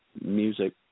music